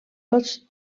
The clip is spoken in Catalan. tots